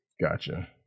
Gotcha